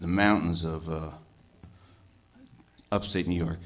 the mountains of upstate new york